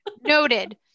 noted